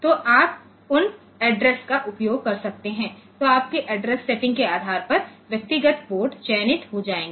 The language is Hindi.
तो आप उन एड्रेस का उपयोग कर सकते हैं तो आपकी एड्रेस सेटिंग के आधार पर व्यक्तिगत पोर्ट चयनित हो जाएगा